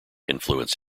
influence